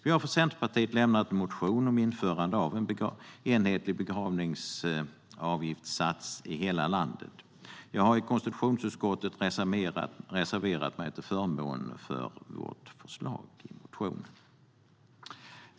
Vi har från Centerpartiet väckt en motion om införande av en enhetlig begravningsavgiftssats i hela landet. Jag har i konstitutionsutskottet reserverat mig till förmån för förslaget i vår motion.